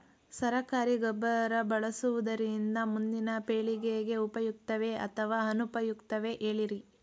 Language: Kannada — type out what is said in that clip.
ಸರಕಾರಿ ಗೊಬ್ಬರ ಬಳಸುವುದರಿಂದ ಮುಂದಿನ ಪೇಳಿಗೆಗೆ ಉಪಯುಕ್ತವೇ ಅಥವಾ ಅನುಪಯುಕ್ತವೇ ಹೇಳಿರಿ